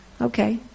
Okay